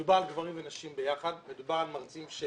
ומדובר על גברים ונשים ביחד, מדובר על מרצים.